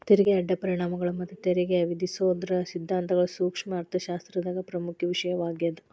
ತೆರಿಗೆಯ ಅಡ್ಡ ಪರಿಣಾಮಗಳ ಮತ್ತ ತೆರಿಗೆ ವಿಧಿಸೋದರ ಸಿದ್ಧಾಂತಗಳ ಸೂಕ್ಷ್ಮ ಅರ್ಥಶಾಸ್ತ್ರದಾಗ ಪ್ರಮುಖ ವಿಷಯವಾಗ್ಯಾದ